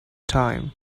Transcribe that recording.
time